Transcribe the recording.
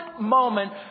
moment